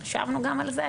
חשבנו גם על זה,